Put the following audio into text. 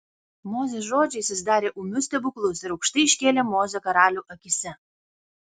mozės žodžiais jis darė ūmius stebuklus ir aukštai iškėlė mozę karalių akyse